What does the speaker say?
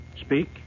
speak